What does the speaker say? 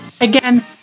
Again